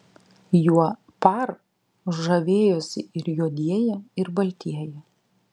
juo par žavėjosi ir juodieji ir baltieji